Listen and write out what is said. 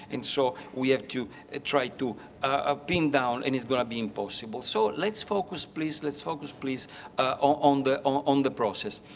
and so we have to ah try to ah pin down, and it's going to be impossible. so let's focus please, let's focus please on the um on the process.